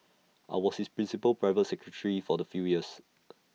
I was his principal private secretary for the few years